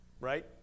Right